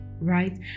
Right